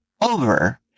over